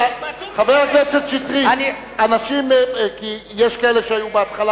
יש כאלה שהיו בהתחלה,